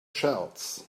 shells